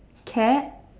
cat